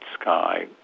sky